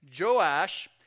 Joash